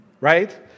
right